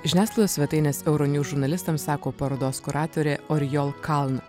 žiniasklaidos svetainės euro niuz žurnalistams sako parodos kuratorė orijol kaln